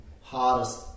hardest